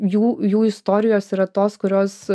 jų jų istorijos yra tos kurios